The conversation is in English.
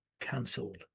Cancelled